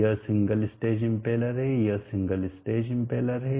यह single stage impeller है यह सिंगल स्टेज इम्पेलर है